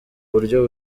buryo